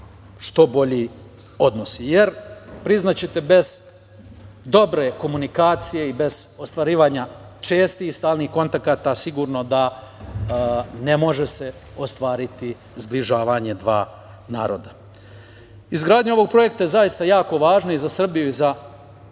što bolji odnosi. Jer, priznaćete, bez dobre komunikacije i bez ostvarivanja čestih i stalnih kontakata sigurno da se ne može ostvariti zbližavanje dva naroda. Izgradnja ovog projekta je zaista jako važna i za Srbiju i za BiH.